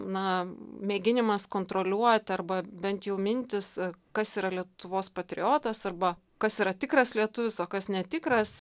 na mėginimas kontroliuoti arba bent jau mintys kas yra lietuvos patriotas arba kas yra tikras lietuvis o kas netikras